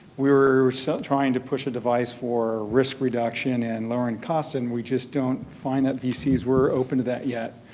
we're so trying to push a device for risk reduction and lowering cost and we just don't find that vc's were open to that yet.